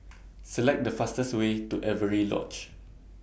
Select The fastest Way to Avery Lodge